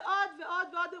ועוד ועוד ועוד אירועים.